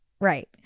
Right